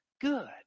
good